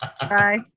Bye